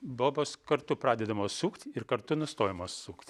bobos kartu pradedamos sukt ir kartu nustojamos sukt